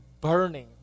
burning